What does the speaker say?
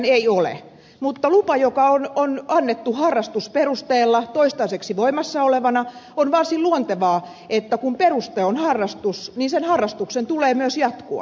mutta kun lupa on annettu harrastusperusteella toistaiseksi voimassa olevana niin on varsin luontevaa että kun peruste on harrastus niin sen harrastuksen tulee myös jatkua